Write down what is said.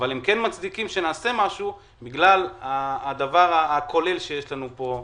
אבל הם כן מצדיקים שנעשה משהו בגלל הדבר הכולל שיש לנו פה לפנינו.